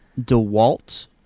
DeWalt